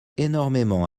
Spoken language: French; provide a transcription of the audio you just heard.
énormément